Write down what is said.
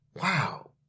Wow